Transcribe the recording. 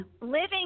living